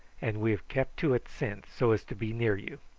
and we have kept to it since, so as to be near you.